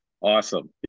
Awesome